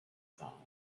sound